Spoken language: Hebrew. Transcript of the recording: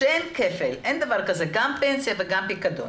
אגב, אם זה פנסיה ואם זה פיצויי פיטורין